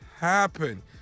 happen